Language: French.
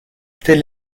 tel